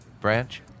Branch